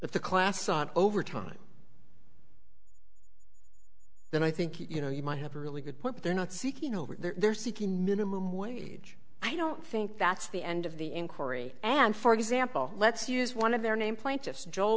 the class on overtime then i think you know you might have a really good point they're not seeking over they're seeking minimum wage i don't think that's the end of the inquiry and for example let's use one of their name plaintiffs joel